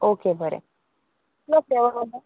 okay बरें ना